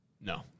No